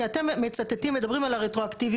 כי אתם מצטטים, מדברים על הרטרואקטיביות.